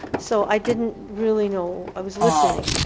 so i didn't really know, i was listening,